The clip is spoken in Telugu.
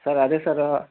సార్ అదే సారు